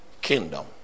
kingdom